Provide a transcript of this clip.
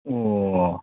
ꯑꯣ